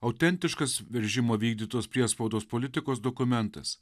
autentiškas veržimo vykdytos priespaudos politikos dokumentas